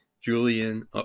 Julian